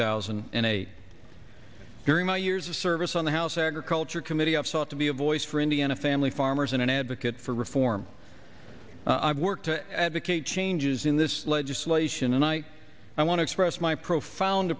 thousand and eight during my years of service on the house agriculture committee i've sought to be a voice for indiana family farmers and an advocate for reform i've worked to advocate changes in this legislation and i i want to express my profound